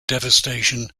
devastation